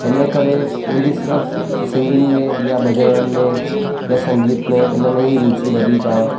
इन जे करे मुंहिंजी सिर्फ़ु सिंगिंग में या भॼननि में या संगीत में इन में ई रुची वधीक आहे